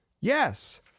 Yes